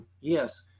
Yes